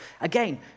again